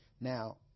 now